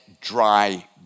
dry